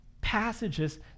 passages